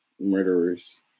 murderers